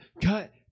cut